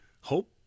hope